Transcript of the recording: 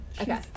Okay